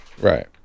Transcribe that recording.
Right